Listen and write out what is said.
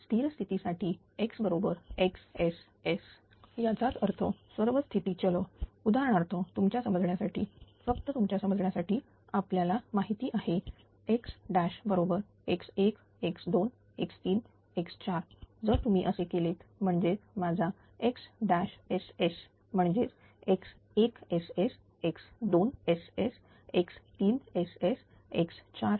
तर स्थिर स्थिती साठी X बरोबर Xss याचाच अर्थ सर्व स्थिती चल उदाहरणार्थ तुमच्या समजण्यासाठी फक्त तुमच्या समजण्यासाठी आपल्याला माहिती आहे X बरोबर x1x2x3x4 जर तुम्ही असे केलेत म्हणजेच माझा XSS म्हणजेच X1SS X2SS X3SS X4SS